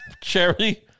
charity